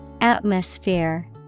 Atmosphere